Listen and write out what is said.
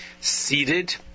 Seated